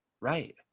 right